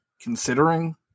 considering